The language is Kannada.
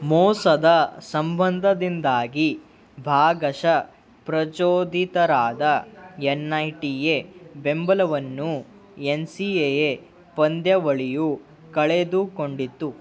ಮೋಸದ ಸಂಬಂಧದಿಂದಾಗಿ ಭಾಗಶಃ ಪ್ರಚೋದಿತರಾದ ಎನ್ ಐ ಟಿ ಎ ಬೆಂಬಲವನ್ನು ಎನ್ ಸಿ ಎ ಎ ಪಂದ್ಯಾವಳಿಯು ಕಳೆದುಕೊಂಡಿತು